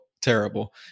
terrible